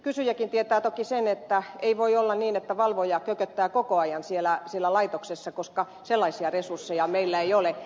kysyjäkin tietää toki sen että ei voi olla niin että valvoja kököttää koko ajan siellä laitoksessa koska sellaisia resursseja meillä ei ole